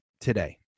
today